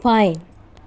fine